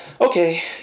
okay